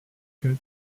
goat